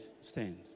stand